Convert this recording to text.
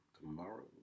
tomorrow